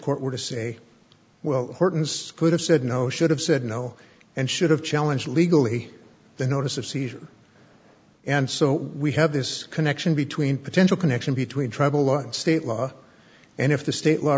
court were to say well horton's could have said no should have said no and should have challenged legally the notice of seizure and so we have this connection between potential connection between trouble and state law and if the state law